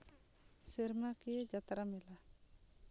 ᱥᱮᱨᱢᱟᱠᱤᱭᱟᱹ ᱡᱟᱛᱨᱟ ᱢᱮᱞᱟ